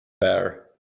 bear